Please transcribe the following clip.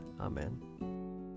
Amen